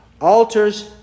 altars